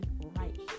right